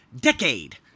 decade